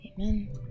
Amen